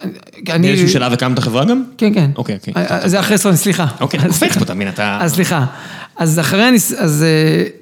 באיזה שהוא שלב הקמת חברה גם? כן, כן. אוקיי. זה אחרי... סליחה. אוקיי. סליחה. סליחה. אז אחרי...